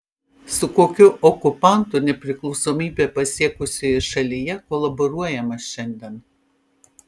su kokiu okupantu nepriklausomybę pasiekusioje šalyje kolaboruojama šiandien